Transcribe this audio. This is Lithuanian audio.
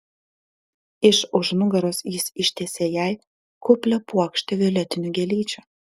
iš už nugaros jis ištiesė jai kuplią puokštę violetinių gėlyčių